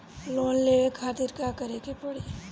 Loan लेवे खातिर का करे के पड़ी?